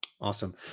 Awesome